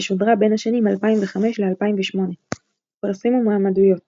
ששודרה בין השנים 2005–2008. פרסים ומועמדויות